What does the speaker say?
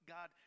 God